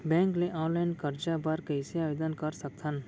Bank ले online करजा बर कइसे आवेदन कर सकथन?